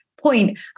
Point